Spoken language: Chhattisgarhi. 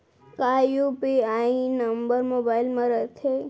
का यू.पी.आई नंबर मोबाइल म रहिथे?